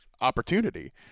opportunity